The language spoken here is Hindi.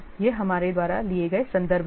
ये हमारे द्वारा लिए गए संदर्भ हैं